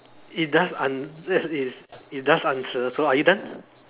it does ans~ yes is it does answer so are you done